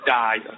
die